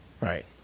Right